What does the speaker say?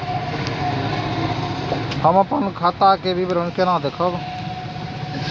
हम अपन खाता के विवरण केना देखब?